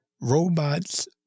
Robots